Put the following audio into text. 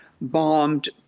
bombed